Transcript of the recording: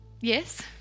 yes